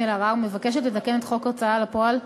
אלהרר מבקשת לתקן את חוק ההוצאה לפועל,